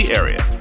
area